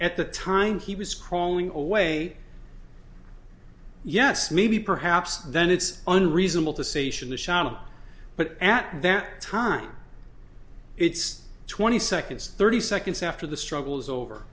at the time he was crawling away yes maybe perhaps then it's unreasonable to say should the shot but at that time it's twenty seconds thirty seconds after the struggle is over